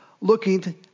looking